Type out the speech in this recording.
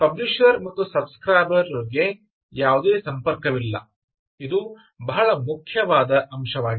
publisher ಮತ್ತು subscriber ರರಿಗೆ ಯಾವುದೇ ಸಂಪರ್ಕವಿಲ್ಲ ಇದು ಬಹಳ ಮುಖ್ಯವಾದ ಅಂಶವಾಗಿದೆ